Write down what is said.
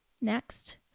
next